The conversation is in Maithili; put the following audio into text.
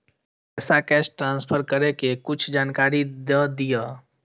पैसा कैश ट्रांसफर करऐ कि कुछ जानकारी द दिअ